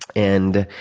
and